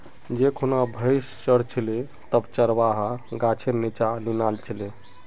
जै खूना भेड़ च र छिले तब चरवाहा गाछेर नीच्चा नीना छिले